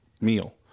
meal